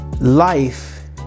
life